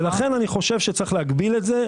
לכן אני חושב שצריך להגביל את זה.